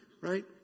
right